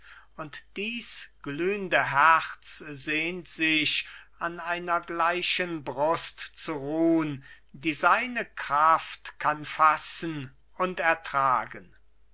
und dies glühnde herz sehnt sich an einer gleichen brust zu ruhn die seine kraft kann fassen und ertragen